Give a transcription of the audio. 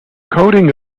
coding